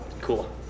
Cool